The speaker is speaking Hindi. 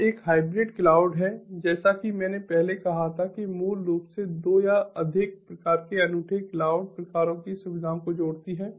और एक हाइब्रिड क्लाउड है जैसा कि मैंने पहले कहा था कि मूल रूप से 2 या अधिक प्रकार के अनूठे क्लाउड प्रकारों की सुविधाओं को जोड़ती है